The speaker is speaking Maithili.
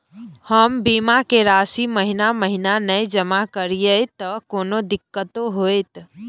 हम बीमा के राशि महीना महीना नय जमा करिए त कोनो दिक्कतों होतय?